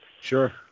Sure